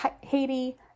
Haiti